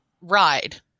ride